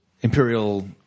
Imperial